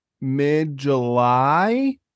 mid-july